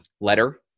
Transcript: letter